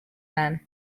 men